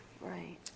Right